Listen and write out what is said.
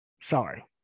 sorry